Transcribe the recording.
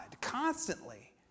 constantly